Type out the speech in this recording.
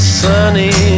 sunny